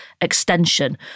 extension